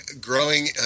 growing